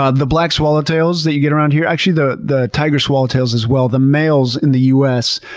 ah the black swallowtails that you get around here, actually the the tiger swallowtails as well, the males in the u s.